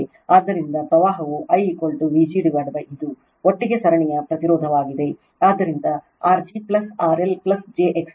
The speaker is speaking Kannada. ಆದ್ದರಿಂದ ಪ್ರವಾಹವು I Vg ಇದು ಒಟ್ಟಿಗೆ ಸರಣಿಯ ಪ್ರತಿರೋಧವಾಗಿದೆ ಆದ್ದರಿಂದ R g RL j x g